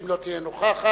ואם לא תהיה נוכחת,